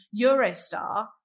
Eurostar